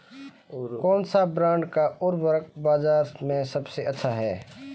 कौनसे ब्रांड का उर्वरक बाज़ार में सबसे अच्छा हैं?